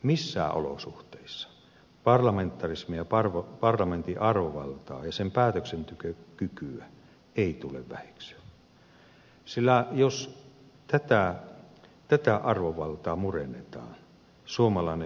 missään olosuhteissa parlamentarismia ja parlamentin arvovaltaa ja sen päätöksentekokykyä ei tule väheksyä sillä jos tätä arvovaltaa murennetaan suomalainen hyvinvointiyhteiskunta kärsii